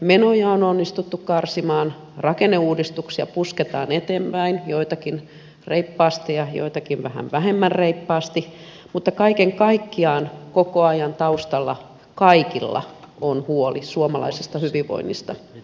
menoja on onnistuttu karsimaan rakenneuudistuksia pusketaan eteenpäin joitakin reippaasti ja joitakin vähän vähemmän reippaasti mutta kaiken kaikkiaan koko ajan taustalla kaikilla on huoli suomalaisesta hyvinvoinnista